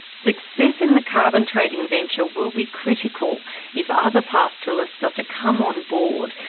success in the carbon-trading venture will be critical if other pastoralists are to come on board,